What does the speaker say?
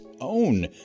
own